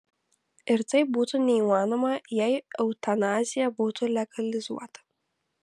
ir tai būtų neįmanoma jei eutanazija būtų legalizuota